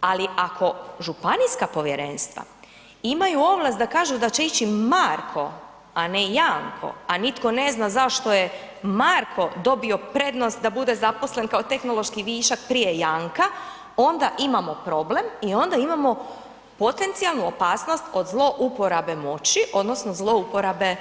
Ali ako županijska povjerenstva imaju ovlast da kažu da ići Marko a na Janko a nitko ne zna zašto je Marko dobio prednost da bude zaposlen kao tehnološki višak prije Janka, onda imamo problem i onda imamo potencijalnu opasnost od zlouporabe moći odnosno zlouporabe